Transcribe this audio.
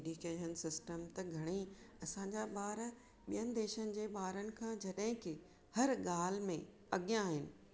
education system त घणेई असांजा ॿार ॿियनि देशनि जे ॿारनि खा जडहिं के हरु गाल्हि मे अॻियां आहिनि